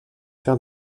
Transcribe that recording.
faire